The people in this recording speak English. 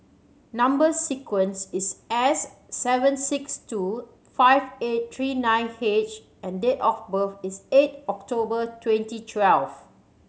number sequence is S seven six two five eight three nine H and date of birth is eight October twenty twelve